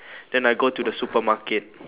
then I go to the supermarket